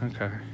Okay